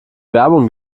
werbung